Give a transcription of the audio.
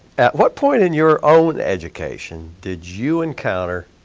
at what point in your own education did you encounter,